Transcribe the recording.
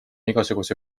igasuguse